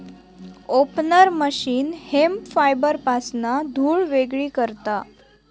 opener machine hemp फायबरपासना धुळ वेगळी करता